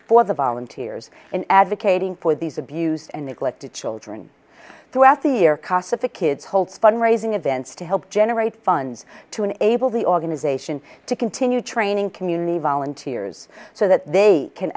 for the volunteers in advocating for these abused and neglected children throughout the year cost of the kids holds fund raising events to help generate funds to an able the organization to continue training community volunteers so that they can